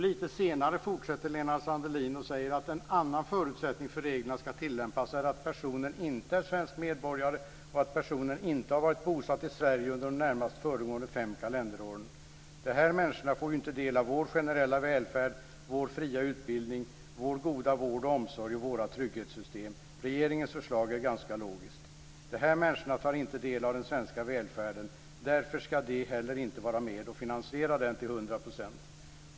Lena Sandlin-Hedman säger också: "En annan förutsättning för att reglerna ska tillämpas är att personen inte är svensk medborgare och att personen inte har varit bosatt ... i Sverige under de närmast föregående fem kalenderåren ... De människorna får ju inte del av vår generella välfärd, vår fria utbildning, vår goda vård och omsorg och våra trygghetssystem. Regeringens förslag ... är faktiskt ganska logiskt. De här människorna tar inte del av den svenska välfärden. Därför ska de inte heller behöva vara med och finansiera den till 100 %.